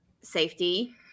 Safety